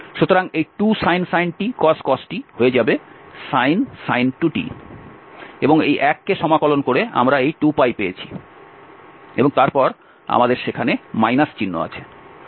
সুতরাং এই 2sin t cos t হয়ে যাবে sin 2t এবং এই 1 কে সমাকলন করে আমরা এই 2π পেয়েছি এবং তারপর আমাদের সেখানে মাইনাস চিহ্ন আছে